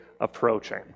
approaching